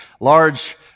Large